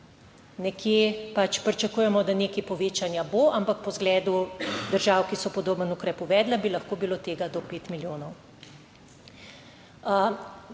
Nekje pač pričakujemo, da nekaj povečanja bo, ampak po zgledu držav, ki so podoben ukrep uvedla, bi lahko bilo tega do pet milijonov.